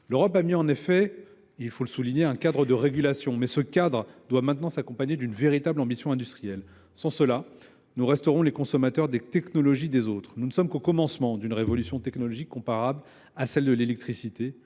L'Europe a mieux en effet, il faut le souligner, un cadre de régulation. Mais ce cadre doit maintenant s'accompagner d'une véritable ambition industrielle. Sans cela, nous resterons les consommateurs des technologies des autres. Nous ne sommes qu'au commencement d'une révolution technologique comparable à celle de l'électricité